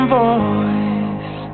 voice